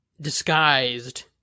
disguised